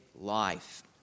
life